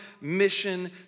mission